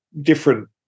different